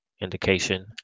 indication